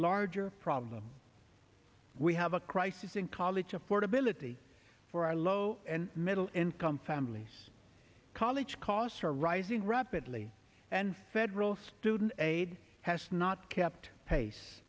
larger problem we have a crisis in college affordability for our low and middle income families college costs are rising rapidly and federal student aid has not kept pace